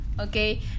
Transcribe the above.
okay